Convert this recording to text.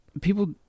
people